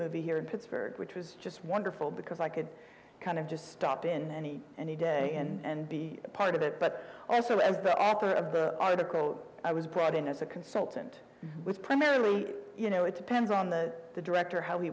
movie here in pittsburgh which was just wonderful because i could kind of just stop in any any day and be a part of it but also as the after of the article i was brought in as a consultant with primarily you know it depends on the the director how he